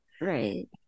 Right